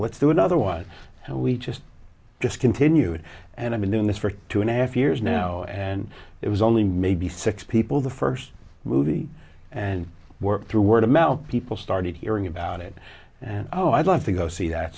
what's that other was and we just discontinued and i've been doing this for two and a half years now and it was only maybe six people the first movie and work through word of mouth people started hearing about it and oh i'd love to go see that